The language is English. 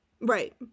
right